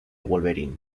wolverine